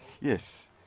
Yes